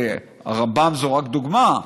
הרמב"ם זו רק דוגמה,